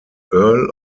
earl